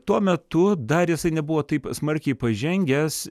tuo metu dar jisai nebuvo taip smarkiai pažengęs